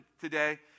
today